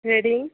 threading